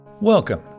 Welcome